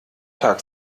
tag